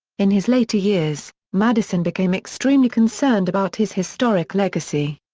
in his later years, madison became extremely concerned about his historic legacy.